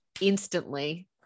instantly